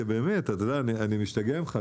כי באמת אתה יודע אני משתגע ממך,